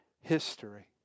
history